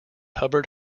hubbard